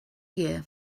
year